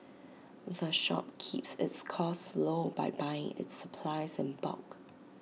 the shop keeps its costs low by buying its supplies in bulk